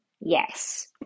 Yes